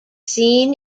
seen